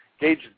gauge